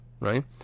right